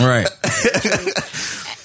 Right